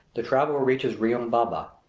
the traveler reaches riobamba,